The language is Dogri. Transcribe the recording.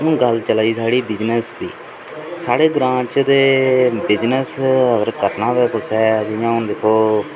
हून गल्ल चलै दी साढ़ी बिजनेस दी साढ़े ग्रां च ते बिजनेस अगर करना होऐ कुसै जि'यां हून दिक्खो